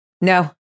No